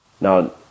Now